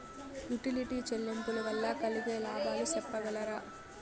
Utility చెల్లింపులు వల్ల కలిగే లాభాలు సెప్పగలరా?